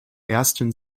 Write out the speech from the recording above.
ersten